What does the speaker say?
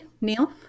Neil